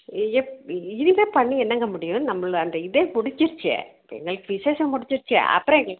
இப் இனிமேல் பண்ணி என்னாங்க முடியும் நம்மளோடய இதே முடிஞ்சுருச்சே இப்போ எங்களுக்கு விசேஷம் முடிஞ்சிருச்சே அப்புறம் எங்களுக்கு